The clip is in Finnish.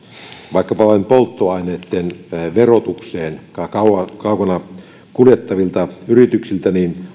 vaikkapa vain polttoaineitten verotukseen kaukana kuljettavilta yrityksiltä niin